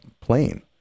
plane